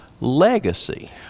legacy